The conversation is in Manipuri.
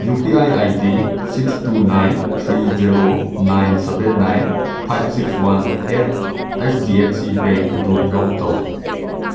U P I I D six two nine three zero nine seven nine five six one eight H D F C bank ꯑꯗꯨ ꯕ꯭ꯂꯣꯛ ꯇꯧ